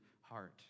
heart